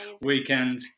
weekend